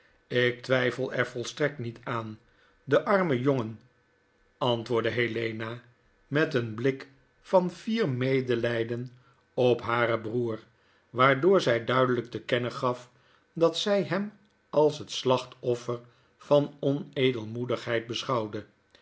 jk twyfel er volstrekt niet aan de arme jongen antwoordde helena met een blik van fier medelyden op haren broeder waardoor zy duidelyk te kennen gaf dat zy hem als het slachtoffer van onedelmoedigheid beschouwde